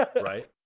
Right